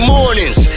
Mornings